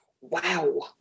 Wow